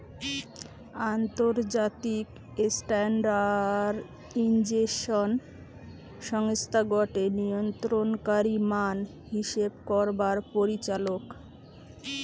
আন্তর্জাতিক স্ট্যান্ডার্ডাইজেশন সংস্থা গটে নিয়ন্ত্রণকারী মান হিসেব করবার পরিচালক